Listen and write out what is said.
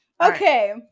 Okay